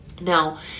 Now